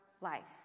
life